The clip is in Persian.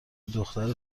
دختر